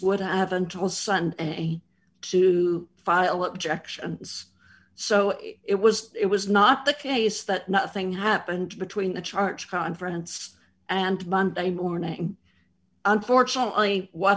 would have until sunday to file object and so it was it was not the case that nothing happened between the charge conference and monday morning unfortunately what